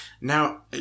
Now